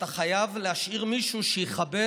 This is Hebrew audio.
אתה חייב להשאיר מישהו שיכבה